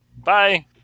Bye